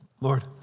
Lord